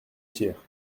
tiers